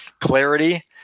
clarity